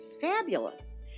fabulous